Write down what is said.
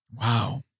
Wow